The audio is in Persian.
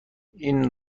این